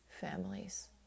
families